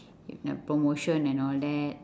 if uh promotion and all that